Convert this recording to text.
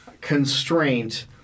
constraint